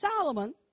Solomon